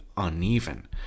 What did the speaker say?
uneven